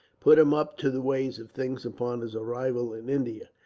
put him up to the ways of things upon his arrival in india.